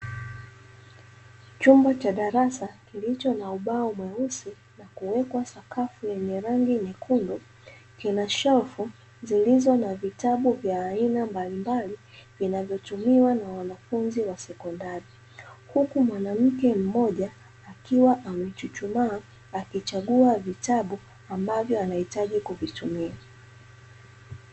Chumba cha darasa kilicho na ubao mweusi na kuwekwa sakafu yenye rangi nyekundu, kinashelfu zilizo na vitabu vya aina mbalimbali vinavyotumiwa na wanafunzi wa sekondari, huku mwanamke mmoja akiwa amechuchumaa akichagua vitabu ambavyo anahitaji kuvitumia.